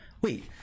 Wait